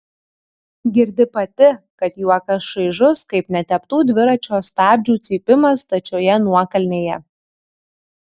girdi pati kad juokas šaižus kaip neteptų dviračio stabdžių cypimas stačioje nuokalnėje